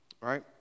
right